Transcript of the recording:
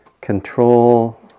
Control